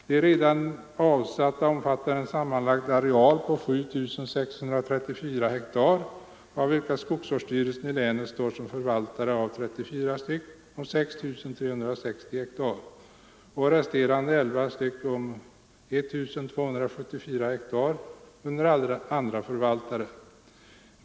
De redan avsatta omfattar en sammanlagd areal av 7 634 ha av vilka skogsvårdsstyrelsen i länet står som förvaltare av 34 st om 6 360 ha och resterande 11 st om 1 274 ha under andra förvaltare.